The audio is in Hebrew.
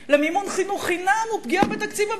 למימון חינוך חינם הוא פגיעה בתקציב הביטחון.